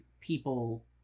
people